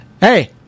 hey